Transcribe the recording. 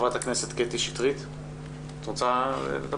יוליה.